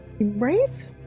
right